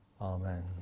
Amen